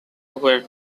were